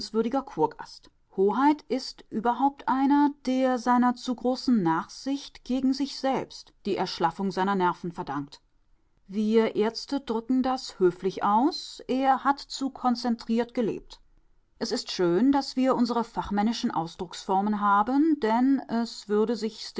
kurgast hoheit ist überhaupt einer der seiner zu großen nachsicht gegen sich selbst die erschlaffung seiner nerven verdankt wir ärzte drücken das höflich aus er hat zu konzentriert gelebt es ist schön daß wir unsere fachmännischen ausdrucksformen haben denn es würde sich